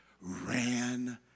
ran